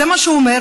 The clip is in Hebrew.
זה מה שהוא אומר.